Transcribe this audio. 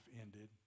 ended